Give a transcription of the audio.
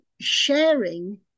sharing